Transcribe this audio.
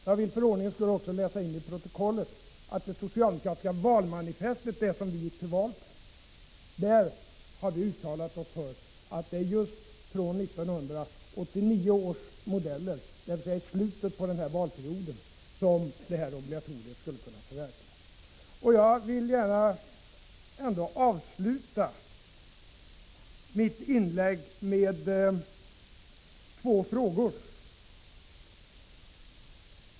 Jag vill för ordningens skull också få med i protokollet att vi i det socialdemokratiska valmanifestet, det som vi gick till val på, har uttalat oss för att det just är fr.o.m. 1989 års modeller, dvs. i slutet av denna valperiod, som obligatoriet skulle kunna förverkligas. Jag skulle också gärna vilja ställa två frågor.